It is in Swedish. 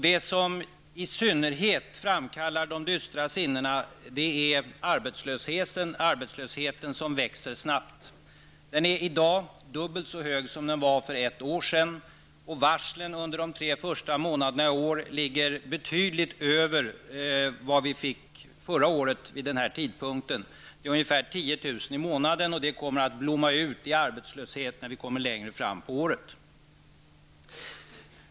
Det som i synnerhet framkallar de dystra sinnena är arbetslösheten; arbetslösheten som växer snabbt. Den är i dag dubbelt så hög som för ett år sedan. Antalet varsel under de tre första månaderna i år ligger betydligt över vad vi fick uppgift om förra året vid den här tidpunkten. Det rör sig om ungefär 10 000 i månaden, vilket kommer att blomma ut i arbetslöshet när vi kommer längre fram på året.